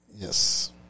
Yes